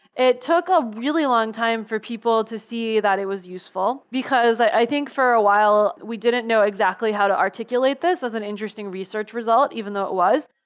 it took a really longtime for people to see that it was useful, because, i think, for a while we didn't know exactly how to articulate this as an interesting research result even though it was.